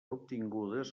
obtingudes